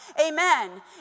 Amen